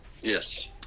Yes